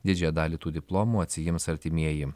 didžiąją dalį tų diplomų atsiims artimieji